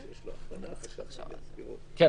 כן.